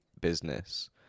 business